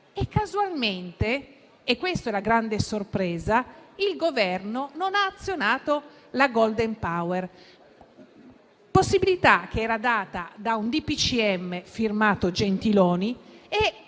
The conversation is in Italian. e casualmente - questa è la grande sorpresa - il Governo non ha azionato la *golden power*: possibilità che era data da un DPCM firmato Gentiloni e